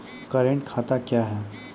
Current खाता क्या हैं?